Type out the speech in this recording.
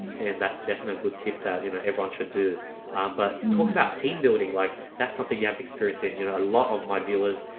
and that's definitely good tip that, you know, everyone should do but what about team building? like that's something you have experienced in and you know, a lot of my viewers.